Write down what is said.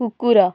କୁକୁର